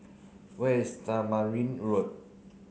where is Tamarind Road